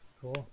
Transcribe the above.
Cool